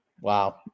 Wow